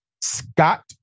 Scott